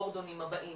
גורדונים הבאים,